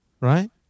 right